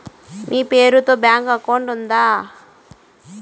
మీ పేరు తో bank account ఉందా?